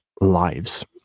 lives